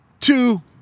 two